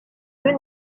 deux